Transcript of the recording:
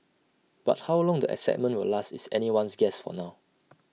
but how long the excitement will last is anyone's guess for now